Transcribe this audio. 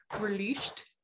Released